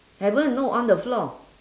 haven't no on the floor